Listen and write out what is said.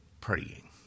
praying